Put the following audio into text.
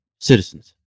citizens